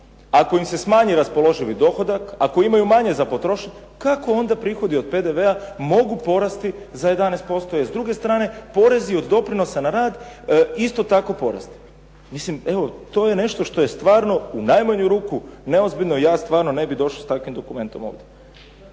ako im se smanji raspoloživi dohodak, ako imaju manje za potrošiti, kako onda prihodi od PDV-a mogu porasti za 11%, jer s druge strane porezi od doprinosa na rad isto tako …/Govornik se ne razumije./… Mislim, evo, to je nešto što je stvarno u najmanju ruku neozbiljno i ja stvarno ne bih došao s takvim dokumentom ovdje.